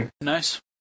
Nice